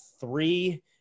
three